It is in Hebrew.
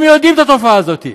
הם יודעים על התופעה הזאת,